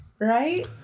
Right